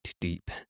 deep